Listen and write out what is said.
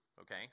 okay